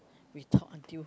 we talk until